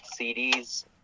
CDs